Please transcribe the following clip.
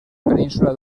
península